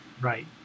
right